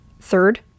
third